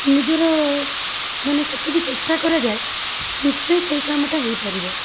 ନିଜର ମାନେ ସେତିକି ଚେଷ୍ଟା କରାଯାଏ ନିଶ୍ଚୟ ସେଇ କାମଟା ହେଇପାରିବ